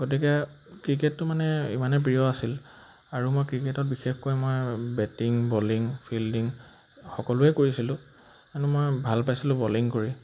গতিকে ক্ৰিকেটটো মানে ইমানেই প্ৰিয় আছিল আৰু মই ক্ৰিকেটত বিশেষকৈ মই বেটিং বলিং ফিল্ডিং সকলোৱে কৰিছিলোঁ এনে মই ভাল পাইছিলোঁ বলিং কৰি